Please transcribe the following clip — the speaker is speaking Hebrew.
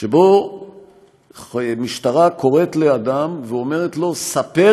שבו משטרה קוראת לאדם ואומרת לו: ספר